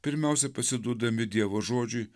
pirmiausia pasiduodami dievo žodžiui